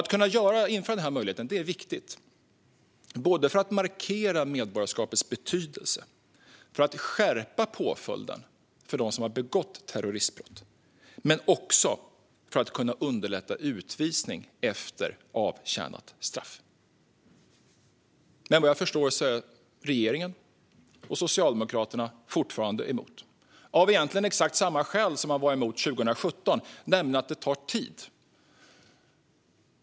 Det är viktigt att införa denna möjlighet för att markera medborgarskapets betydelse, för att skärpa påföljden för dem som har begått terroristbrott och för att underlätta utvisning efter avtjänat straff. Vad jag förstår är regeringen och Socialdemokraterna fortfarande emot detta av exakt samma skäl som de var emot det 2017, nämligen att det tar tid.